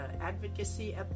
advocacy